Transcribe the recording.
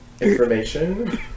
information